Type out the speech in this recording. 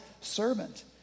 servant